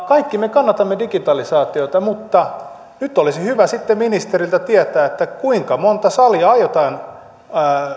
kaikki me kannatamme digitalisaatiota mutta nyt olisi hyvä sitten saada ministeriltä tietää kuinka monta salia aiotaan